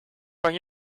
kan